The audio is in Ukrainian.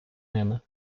ними